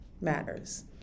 matters